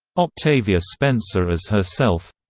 octavia spencer as herself